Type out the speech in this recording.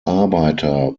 arbeiter